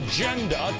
Agenda